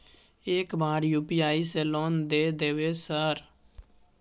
एक बार यु.पी.आई से लोन द देवे सर?